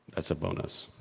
that's a bonus!